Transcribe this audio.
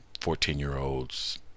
fourteen-year-olds